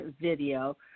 video